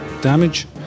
damage